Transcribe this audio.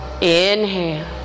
Inhale